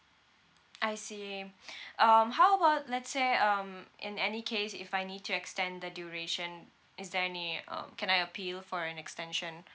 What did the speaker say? I see um how about let's say um in any case if I need to extend the duration is there any um can I appeal for an extension